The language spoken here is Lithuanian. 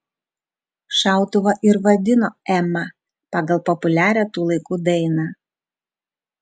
šautuvą ir vadino ema pagal populiarią tų laikų dainą